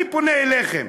אני פונה אליכם